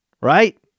right